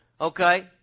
Okay